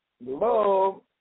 love